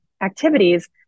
activities